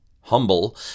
Humble